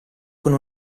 con